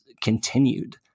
continued